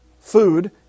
food